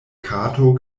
kato